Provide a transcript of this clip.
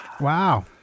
Wow